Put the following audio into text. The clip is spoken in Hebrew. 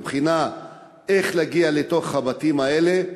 מבחינה של איך להגיע לתוך הבתים האלה.